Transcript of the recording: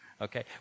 Okay